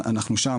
אנחנו שם,